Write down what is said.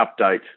update